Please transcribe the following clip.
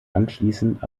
anschließend